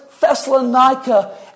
Thessalonica